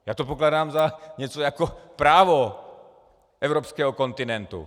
Já to pokládám za něco jako právo evropského kontinentu.